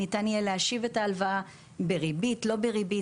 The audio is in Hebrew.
ניתן יהיה להשיב את ההלוואה בריבית או לא בריבית,